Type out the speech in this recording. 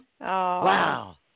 wow